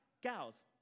gals